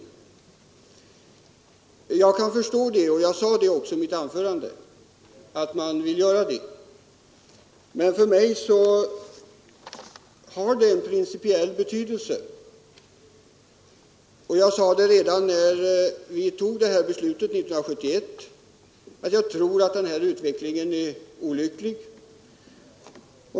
Såsom jag sade i mitt anförande kan jag förstå att man vill göra det, men för mig har saken en principiell betydelse. Redan när vi fattade beslutet 1971 förutsåg jag att utvecklingen skulle bli olycklig.